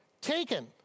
Taken